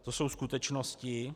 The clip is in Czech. To jsou skutečnosti.